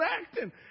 acting